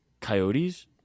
Coyotes